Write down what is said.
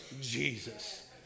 Jesus